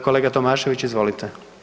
Kolega Tomašević, izvolite.